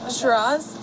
Shiraz